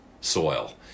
soil